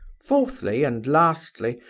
fourthly and lastly,